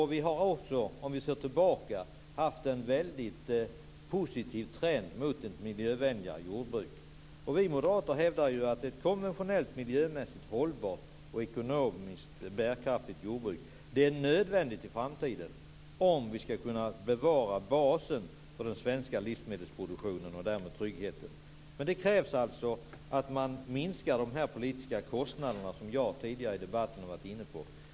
Vi har också, om vi ser tillbaka, haft en väldigt positiv trend mot ett miljövänligare jordbruk. Vi moderater hävdar att ett konventionellt, miljömässigt, hållbart och ekonomiskt bärkraftigt jordbruk är nödvändigt i framtiden om vi skall kunna bevara basen för den svenska livsmedelsproduktionen och därmed tryggheten. Men det krävs alltså att man minskar de politiska kostnaderna, som jag tidigare i debatten har varit inne på.